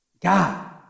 God